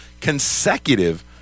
consecutive